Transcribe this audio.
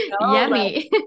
Yummy